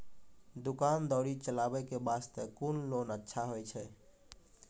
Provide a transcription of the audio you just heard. दुकान दौरी चलाबे के बास्ते कुन लोन अच्छा होय छै?